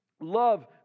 love